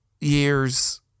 year's